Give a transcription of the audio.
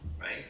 right